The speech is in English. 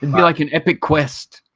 yeah like an epic quest